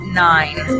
nine